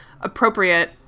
appropriate